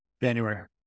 January